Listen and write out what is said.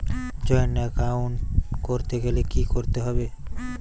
Joint account করতে গেলে কি করতে হবে?